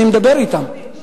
אני מדבר אתם.